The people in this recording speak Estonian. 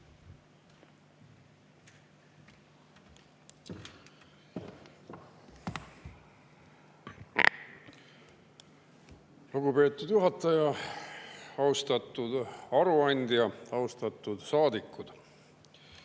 Lugupeetud juhataja! Austatud aruandja! Austatud saadikud!